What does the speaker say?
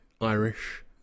Irish